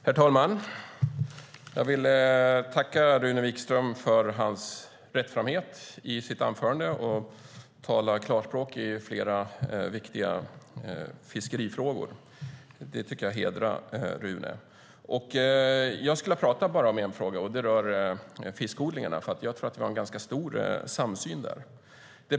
Herr talman! Jag vill tacka Rune Wikström för hans rättframhet i anförandet. Han talar klarspråk i flera viktiga fiskerifrågor. Det hedrar Rune, tycker jag. Jag skulle vilja prata om en enda fråga, nämligen fiskodlingarna. Jag tror att det finns en ganska stor samsyn där.